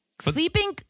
Sleeping